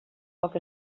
foc